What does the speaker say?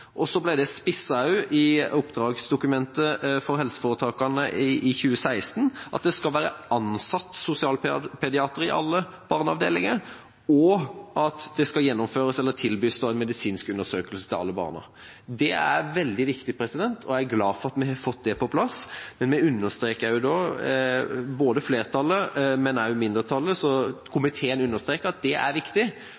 Så ble det spisset i oppdragsdokumentet for helseforetakene for 2016 at det skal være ansatt sosialpediatere i alle barneavdelinger, og at det skal gjennomføres eller tilbys en medisinsk undersøkelse av alle barn. Det er veldig viktig, og jeg er glad for at vi har fått det på plass. Komiteen understreker – både flertallet og mindretallet